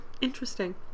Interesting